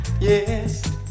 yes